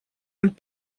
und